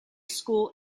school